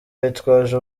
bitwaje